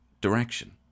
direction